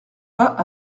pas